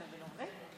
שיצביע.